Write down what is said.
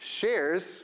shares